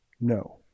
No